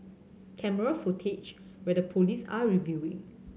camera footage where the police are reviewing